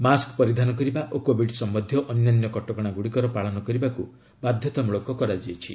mask ପରିଧାନ କରିବା ଓ କୋବିଡ୍ ସମ୍ଭନ୍ଧୀୟ ଅନ୍ୟାନ୍ୟ କଟକଣାଗ୍ରଡ଼ିକର ପାଳନ କରିବାକୁ ବାଧ୍ୟତାମୂଳକ କରାଯାଇଛି